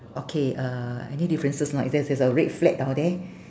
okay uh any differences or not there~ there's a red flag down there